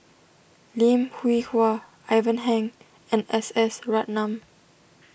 Lim Hwee Hua Ivan Heng and S S Ratnam